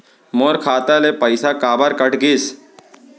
मोर खाता ले पइसा काबर कट गिस?